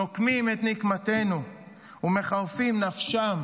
נוקמים את נקמתנו ומחרפים את נפשם